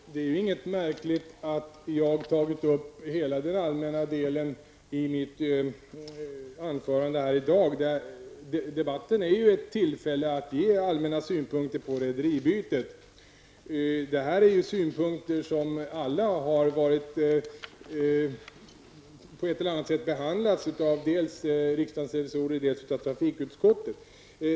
Fru talman! Det är inget märkligt i att jag i dag har tagit upp kritik mot rederibytet som jag inte haft med i min motion. Debatten är ju ett tillfälle att ge allmänna synpunkter i ärendet. Det handlar ju om frågor som alla på ett eller annat sätt har behandlats av dels riksdagsrevisorerna, dels trafikutskottet.